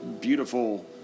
beautiful